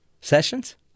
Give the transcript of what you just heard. Sessions